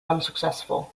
unsuccessful